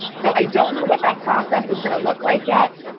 so i don't know what that process is going to look like yet.